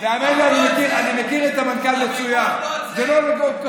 אבל הוויכוח הוא לא על זה.